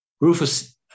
Rufus